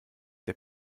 der